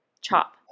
CHOP